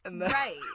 Right